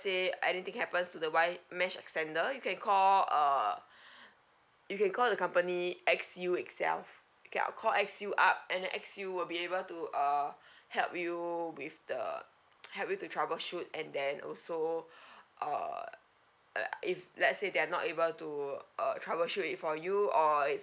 say anything happens to the wi~ mesh extender you can call uh you can call the company X_U itself you can call X_U up and X_U will be able to uh help you with the help you to troubleshoot and then also uh if let's say they're not able to uh troubleshoot it for you or it's